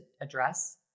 address